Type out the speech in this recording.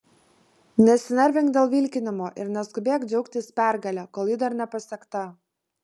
nesinervink dėl vilkinimo ir neskubėk džiaugtis pergale kol ji dar nepasiekta